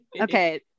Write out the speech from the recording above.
Okay